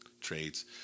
trades